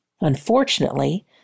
Unfortunately